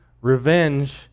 revenge